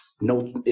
no